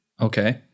okay